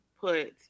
put